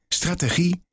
strategie